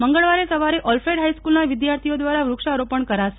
મંગળવારે સવારે ઓલ્ફેડ ફાઇસ્કુલ ના વિદ્યાર્થીઓ દ્વારા વૃક્ષા રોપણ કરાશે